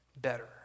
better